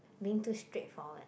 being too straightforward